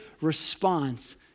response